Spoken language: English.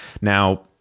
now